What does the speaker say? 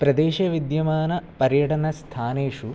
प्रदेशे विद्यमानपर्यटनस्थानेषु